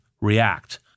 react